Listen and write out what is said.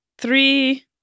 three